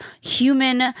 human